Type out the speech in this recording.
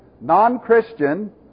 non-Christian